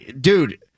Dude